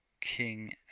King